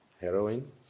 Heroin